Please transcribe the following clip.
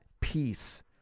peace